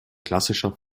klassischer